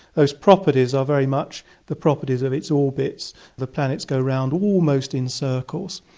those properties are very much the properties of its orbits the planets go around almost in circles,